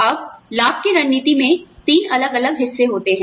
अब लाभ की रणनीति में तीन अलग अलग हिस्से होते हैं